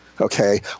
Okay